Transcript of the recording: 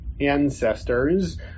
ancestors